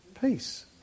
peace